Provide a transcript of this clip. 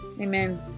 Amen